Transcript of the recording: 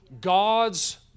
God's